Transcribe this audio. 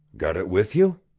got it with you?